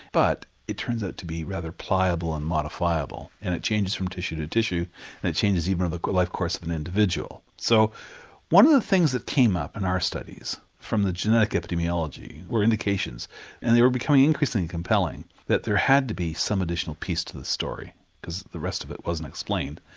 but it turns out to be rather pliable and modifiable and it changes from tissue to tissue and it changes even in the life course of an individual. so one of the things that came up in our studies from the genetic epidemiology were indications and they were becoming increasingly compelling that there had to be some additional piece to the story because the rest of it wasn't explained.